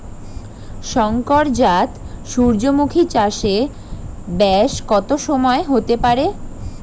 শংকর জাত সূর্যমুখী চাসে ব্যাস কত সময় হতে পারে?